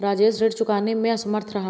राजेश ऋण चुकाने में असमर्थ रहा